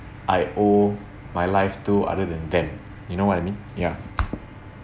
I owe my life to other than them you know what I mean ya